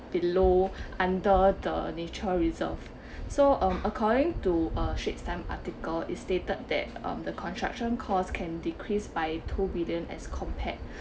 below under the nature reserve so um according to a straits times article is stated that um the construction costs can decrease by within as compared